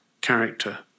character